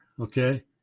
okay